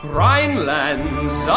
Rhineland's